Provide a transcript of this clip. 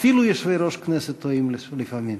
אפילו יושבי-ראש כנסת טועים לפעמים.